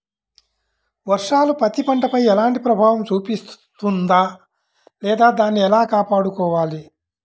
వర్షాలు పత్తి పంటపై ఎలాంటి ప్రభావం చూపిస్తుంద లేదా దానిని ఎలా కాపాడుకోవాలి?